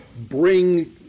bring